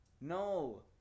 No